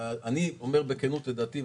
אני אומר בכנות את דעתי,